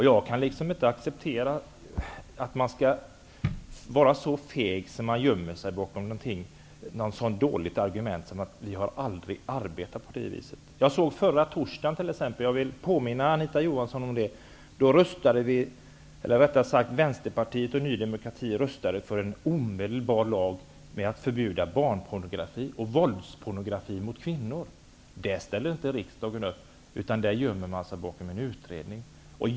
Jag kan inte acceptera att man är så feg att man gömmer sig bakom ett så dåligt argument som att riksdagen aldrig har arbetat på det viset. Förra torsdagen -- jag vill påminna Anita Johansson om det -- röstade Vänsterpartiet och vi t.ex. för att omedelbart införa en lag om att förbjuda barnpornografi och pornografi med våld mot kvinnor. Där ställde riksdagen inte upp, utan där gömmer man sig bakom en utredning.